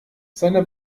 seine